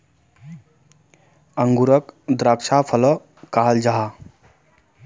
अन्गूरोक द्राक्षा फलो कहाल जाहा